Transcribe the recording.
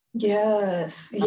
yes